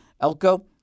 Elko